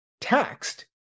taxed